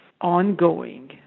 ongoing